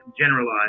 generalize